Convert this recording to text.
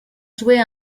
jouer